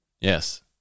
Yes